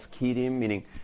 meaning